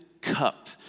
cup